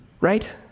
Right